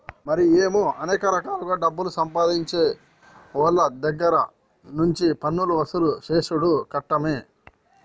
మరి ఏమో అనేక రకాలుగా డబ్బులు సంపాదించేవోళ్ళ దగ్గర నుండి పన్నులు వసూలు సేసుడు కట్టమే